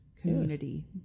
community